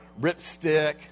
ripstick